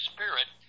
Spirit